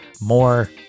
more